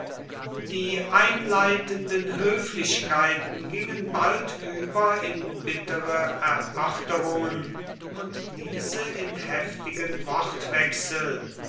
die einleitenden höflichkeiten gingen bald über in bittere erörterungen und diese in heftigen wortwechsel